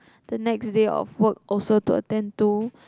the next day of work also to attend to